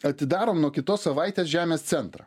atidarom nuo kitos savaitės žemės centrą